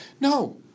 No